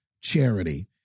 charity